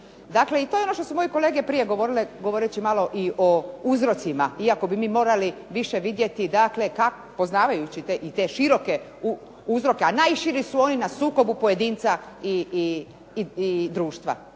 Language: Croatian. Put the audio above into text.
Dakle i to je ono što su moje kolege prije govorile, govoreći malo i o uzrocima, iako bi mi morali više vidjeti, poznavajući i te široke uzroke, a najširi su oni na sukobu pojedinca i društva.